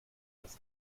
das